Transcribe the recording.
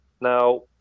Now